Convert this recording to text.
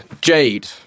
Jade